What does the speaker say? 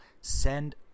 Send